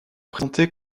présentée